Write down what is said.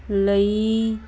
ਲਈ